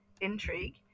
intrigue